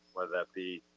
whether that be